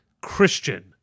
christian